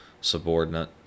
subordinate